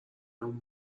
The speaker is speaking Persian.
اون